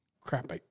crap